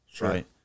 Right